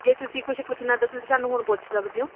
ਜੇ ਤੁਸੀਂ ਕੁਛ ਪੁੱਛਣਾ ਤਾਂ ਤੁਸੀਂ ਸਾਨੂੰ ਹੁਣ ਪੁੱਛ ਸਕਦੇ ਹੋ